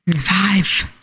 Five